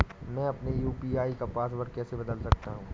मैं अपने यू.पी.आई का पासवर्ड कैसे बदल सकता हूँ?